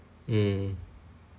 mm